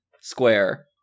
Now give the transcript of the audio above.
square